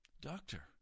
doctor